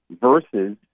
versus